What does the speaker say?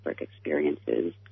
experiences